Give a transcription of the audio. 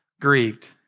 grieved